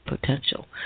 potential